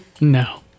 No